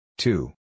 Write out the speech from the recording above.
Two